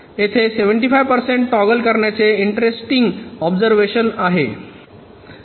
येथे 75 टक्के टॉगल करण्याचे इंटरेस्टिंग ऑब्झरव्हेशन आहे